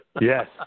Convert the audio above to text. Yes